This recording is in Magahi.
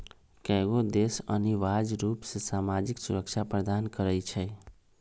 कयगो देश अनिवार्ज रूप से सामाजिक सुरक्षा प्रदान करई छै